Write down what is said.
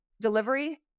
delivery